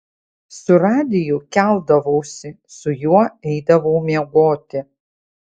su radiju keldavausi su juo eidavau miegoti